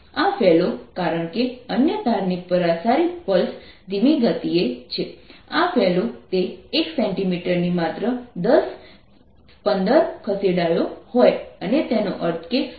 આ ફેલો કારણ કે અન્ય તારની પ્રસારિત પલ્સ ધીમી ગતિએ છે આ ફેલો તે 1 cm ની માત્ર 10 15th ખસેડાયો હોય અને તેનો અર્થ 0